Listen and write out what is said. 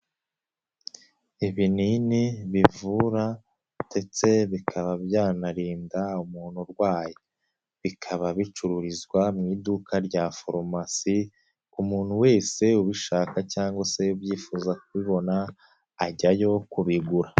Ibinini bivura ndetse bikaba byanarinda umuntu urwaye. Bikaba bicururizwa mu iduka rya foromasi, umuntu wese ubishaka cyangwa se ubyifuza kubibona, ajyayo kubigura.